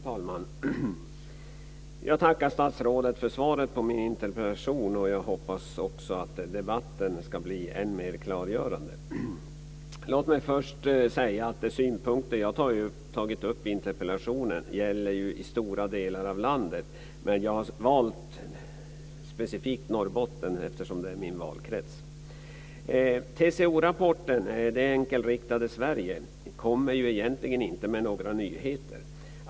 Fru talman! Jag tackar statsrådet för svaret på min interpellation. Jag hoppas också att debatten ska bli än mer klargörande. Låt mig först säga att de synpunkter jag har tagit upp i interpellationen gäller i stora delar av landet. Men jag har valt specifikt Norrbotten eftersom det är min valkrets. TCO-rapporten Det enkelriktade Sverige kommer egentligen inte med några nyheter.